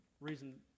reason